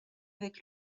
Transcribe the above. avec